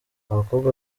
abakobwa